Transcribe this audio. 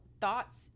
thoughts